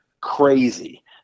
crazy